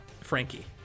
Frankie